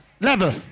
Level